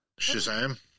Shazam